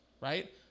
right